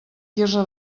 quirze